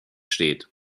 steht